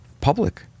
public